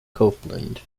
copeland